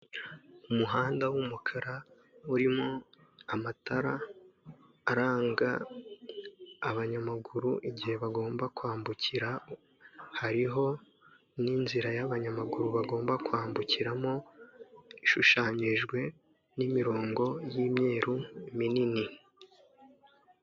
Umuhanda w'umukara urimo amatara aranga abanyamaguru igihe bagomba kwambukira. Hariho n'inzira y'abanyamaguru bagomba kwambukiramo ishushanyijwe n'imirongo y'imyeru minini.